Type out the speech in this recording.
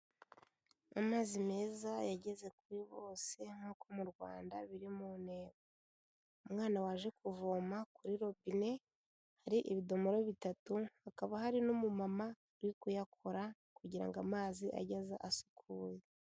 Amazi meza yageze kuri bose nk'uko mu Rwanda biri mu ntego, umwana waje kuvoma kuri robine, hari ibidomoro bitatu, hakaba hari n'umumama uri kuyakora kugira ngo amazi ajye aza asukuye.